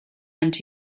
and